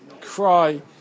cry